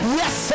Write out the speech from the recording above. yes